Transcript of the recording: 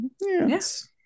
Yes